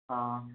हाँ